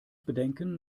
bedenken